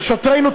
ושוטרינו,